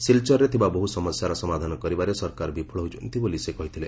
ସିଲଚରରେ ଥିବା ବହୁ ସମସ୍ୟାର ସମାଧାନ କରିବାରେ ସରକାର ବିଫଳ ହୋଇଛନ୍ତି ବୋଲି ସେ କହିଥିଲେ